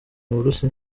burusiya